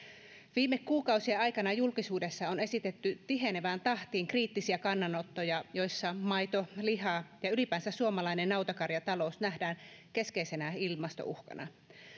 viime kuukausien aikana julkisuudessa on esitetty tihenevään tahtiin kriittisiä kannanottoja joissa maito liha ja ylipäänsä suomalainen nautakarjatalous nähdään keskeisenä ilmastouhkana